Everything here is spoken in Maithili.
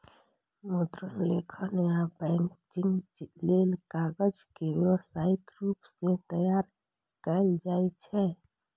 मुद्रण, लेखन एवं पैकेजिंग लेल कागज के व्यावसायिक रूप सं तैयार कैल जाइ छै